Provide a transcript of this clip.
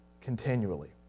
continually